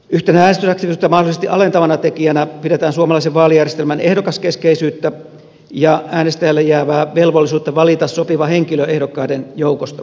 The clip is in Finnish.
yhtenä äänestysaktiivisuutta mahdollisesti alentavana tekijänä pidetään suomalaisen vaalijärjestelmän ehdokaskeskeisyyttä ja äänestäjälle jäävää velvollisuutta valita sopiva henkilö ehdokkaiden joukosta